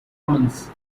commons